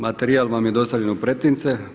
Materijal vam je dostavljen u pretince.